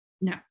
No